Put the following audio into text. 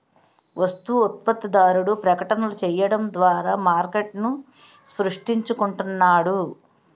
వస్తు ఉత్పత్తిదారుడు ప్రకటనలు చేయడం ద్వారా మార్కెట్ను సృష్టించుకుంటున్నాడు